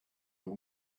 who